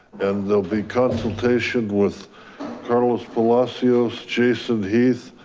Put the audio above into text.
and there'll be consultation with carlos philosios, jason heath,